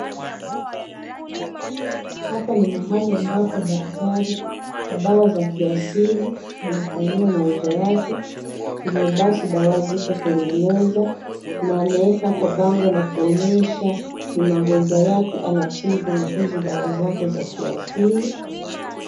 Hapa ni mahali ambapo daktari wa dawa za kiasili anafanyia mauzo yake. Hivyo basi dawa ziko kwenye meza na ameweka bango la kuonyesha ni magonjwa yapi anatibu na hizi dawa zake za kiasili.